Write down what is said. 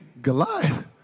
Goliath